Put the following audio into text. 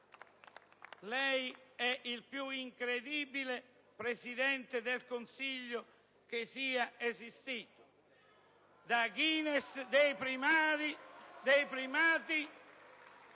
Lei è il più incredibile Presidente del Consiglio che sia esistito. *(Applausi dai Gruppi